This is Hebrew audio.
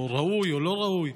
ראוי או לא ראוי,